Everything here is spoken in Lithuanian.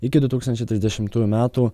iki du tūkstančiai trisdešimtųjų metų